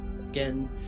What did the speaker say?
Again